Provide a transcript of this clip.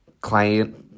client